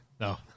No